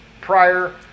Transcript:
prior